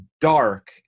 dark